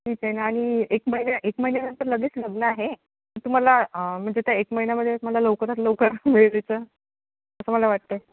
ठीकं आहे ना आणि एक महिन्या एक महिन्यानंतर लगेच लग्न आहे तुम्हाला म्हणजे त्या एक महिन्यामध्ये मला लवकरात लवकर मिळतेचं तसं मला वाटतं